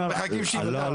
מחכים שיפתח.